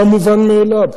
זה היה מובן מאליו.